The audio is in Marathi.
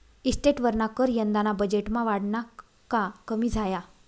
इस्टेटवरना कर यंदाना बजेटमा वाढना का कमी झाया?